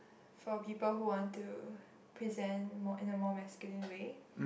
for a people who want to present more in a more masculine way